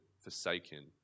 forsaken